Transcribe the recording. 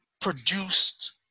produced